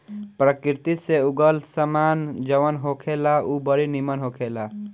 प्रकृति से उगल सामान जवन होखेला उ बड़ी निमन होखेला